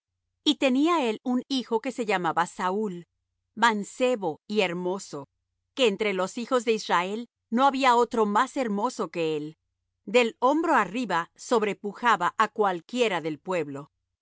y tenía él un hijo que se llamaba saúl mancebo y hermoso que entre los hijos de israel no había otro más hermoso que él del hombro arriba sobrepujaba á cualquiera del pueblo